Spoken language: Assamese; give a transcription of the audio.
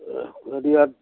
যদি ইয়াত